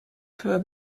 through